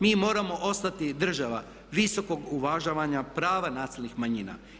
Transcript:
Mi moramo ostati država visokog uvažavanja prava nacionalnih manjina.